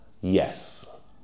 Yes